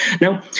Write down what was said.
Now